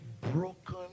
broken